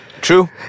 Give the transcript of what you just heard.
True